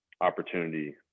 opportunity